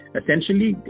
essentially